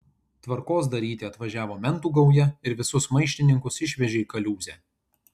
tvarkos daryti atvažiavo mentų gauja ir visus maištininkus išvežė į kaliūzę